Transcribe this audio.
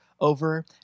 over